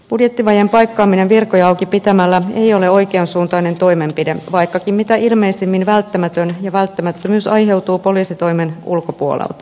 budjettivajeen paikkaaminen virkoja auki pitämällä ei ole oikeansuuntainen toimenpide vaikkakin mitä ilmeisimmin välttämätön ja välttämättömyys aiheutuu poliisitoimen ulkopuolelta